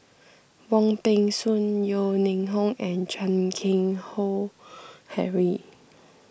Wong Peng Soon Yeo Ning Hong and Chan Keng Howe Harry